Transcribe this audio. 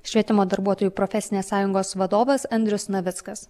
švietimo darbuotojų profesinės sąjungos vadovas andrius navickas